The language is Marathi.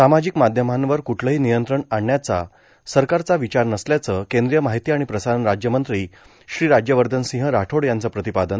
सामाजिक माध्यमांवर कुठलंही नियंत्रण आणण्याचा सरकारचा विचार नसल्याचं केंद्रीय माहिती आणि प्रसारण राज्यमंत्री श्री राज्यवर्धन सिंह राठोड यांचं प्रतिपादन